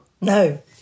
No